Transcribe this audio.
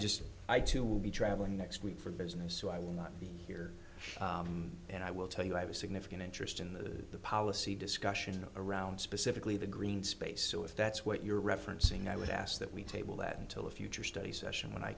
just i too will be traveling next week for business so i will not be here and i will tell you i was significant interest in the policy discussion around specifically the green space so if that's what you're referencing i would ask that we table that until a future study session when i